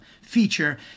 feature